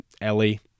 Ellie